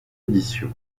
édition